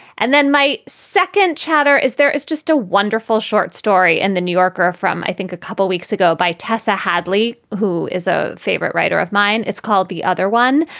and then my second chatter is there is just a wonderful short story in and the new yorker from i think a couple weeks ago by tessa hadley, who is a favorite writer of mine. it's called the other one.